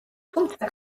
თუმცა